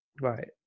Right